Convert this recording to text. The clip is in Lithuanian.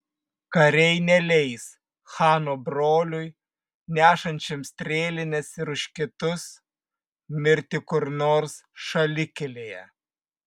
kariai neleis chano broliui nešančiam strėlines ir už kitus mirti kur nors šalikelėje